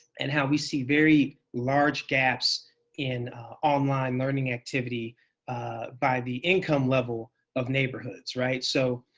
and how we see very large gaps in online learning activity by the income level of neighborhoods, right? so